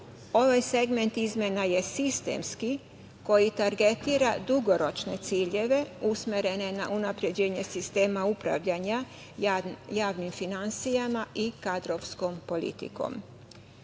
Ovaj segment izmena je sistemski, koji targetira dugoročne ciljeve usmerene na unapređenje sistema upravljanja javnim finansijama i kadrovskom politikom. Kako